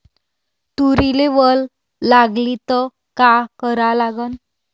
तुरीले वल लागली त का करा लागन?